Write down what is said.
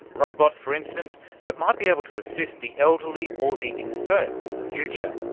robots for instance that might be able to assist the elderly or the infirm in the future.